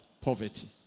Poverty